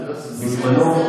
סגן השר,